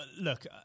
look